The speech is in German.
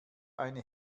eine